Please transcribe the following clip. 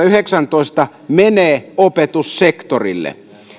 yhdeksäntoista menee opetussektorille